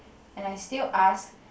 and I still ask